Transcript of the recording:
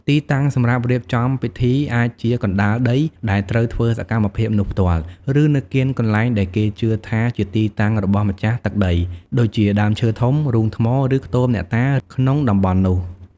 ទីតាំងសម្រាប់រៀបចំពិធីអាចជាកណ្តាលដីដែលត្រូវធ្វើសកម្មភាពនោះផ្ទាល់ ឬនៅកៀកកន្លែងដែលគេជឿថាជាទីតាំងរបស់ម្ចាស់ទឹកដី ដូចជាដើមឈើធំ រូងថ្ម ឬខ្ទមអ្នកតា ក្នុងតំបន់នោះ។